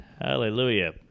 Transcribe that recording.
Hallelujah